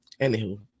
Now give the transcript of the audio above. anywho